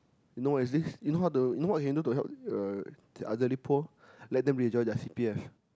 you know what is this you know how to you know what you can do to help uh the elderly poor let them withdraw their C_P_F